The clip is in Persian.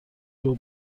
ربع